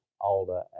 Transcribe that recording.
older